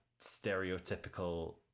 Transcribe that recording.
stereotypical